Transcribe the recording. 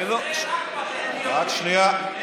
זה רק, רק שנייה.